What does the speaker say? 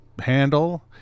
handle